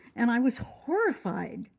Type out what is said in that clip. and i was horrified.